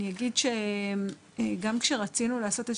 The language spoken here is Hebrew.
אני אגיד שגם כאשר רצינו לעשות איזה